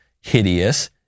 hideous